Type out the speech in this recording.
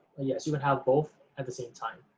yes, you would have both at the same time.